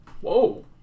Whoa